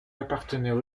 appartenaient